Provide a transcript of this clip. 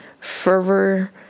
fervor